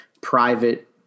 private